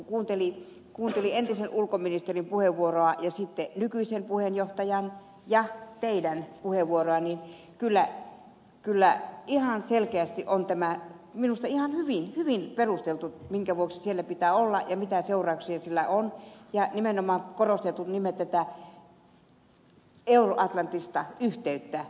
kun kuuntelin entisen ulkoministerin puheenvuoroa ja sitten nykyisen puheenjohtajan ja teidän puheenvuorojanne niin kyllä tämä on minusta ihan selkeästi ja hyvin perusteltu minkä vuoksi siellä pitää olla ja mitä seurauksia sillä on ja nimenomaan on korostettu tätä euroatlanttista yhteyttä